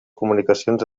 comunicacions